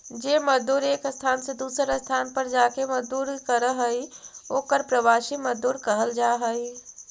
जे मजदूर एक स्थान से दूसर स्थान पर जाके मजदूरी करऽ हई ओकर प्रवासी मजदूर कहल जा हई